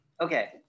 okay